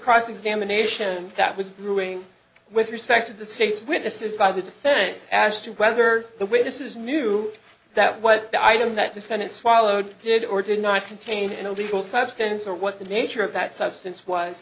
cross examination that was brewing with respect to the state's witnesses by the defense as to whether the witnesses knew that what the item that defendant swallowed did or did not contain an illegal substance or what the nature of that substance was